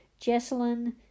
Jessalyn